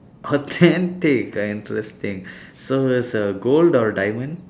authentic ah interesting so it's a gold or diamond